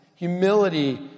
humility